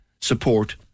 support